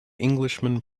englishman